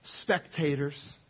spectators